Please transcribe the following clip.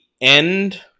end